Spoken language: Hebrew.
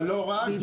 אבל לא רק.